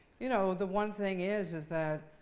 you know, the one thing is is that